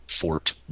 Fort